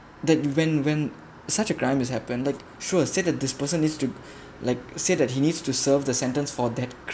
that when when such a crime has happened like sure say that this person needs to like say that he needs to serve the sentence for that